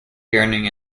yearning